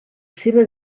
seva